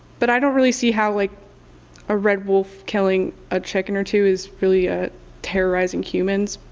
but i don't really see how like a red wolf killing a chicken or two is really ah terrorizing humans.